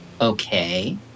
Okay